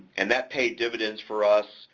and that paid dividends for us.